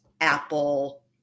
apple